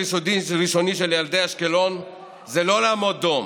הראשוני של ילדי אשקלון הוא לא לעמוד דום